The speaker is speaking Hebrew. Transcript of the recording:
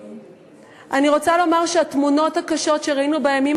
אני רוצה לומר שהתמונות הקשות שראינו בימים